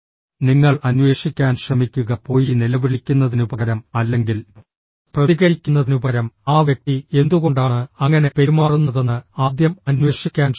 നിങ്ങൾ അന്വേഷിക്കാൻ ശ്രമിക്കുക പോയി നിലവിളിക്കുന്നതിനുപകരം അല്ലെങ്കിൽ പ്രതികരിക്കുന്നതിനുപകരം ആ വ്യക്തി എന്തുകൊണ്ടാണ് അങ്ങനെ പെരുമാറുന്നതെന്ന് ആദ്യം അന്വേഷിക്കാൻ ശ്രമിക്കുക